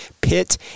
Pitt